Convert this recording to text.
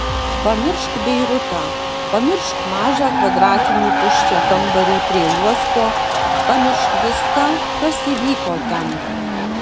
pamiršk beirutą pamiršk mažą kvadratinį tuščią kambarį prie uosto pamiršk viską kas įvyko ten